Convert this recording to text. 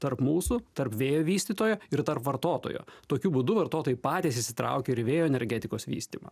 tarp mūsų tarp vėjo vystytojo ir tarp vartotojo tokiu būdu vartotojai patys įsitraukia ir vėjo energetikos vystymą